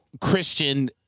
Christian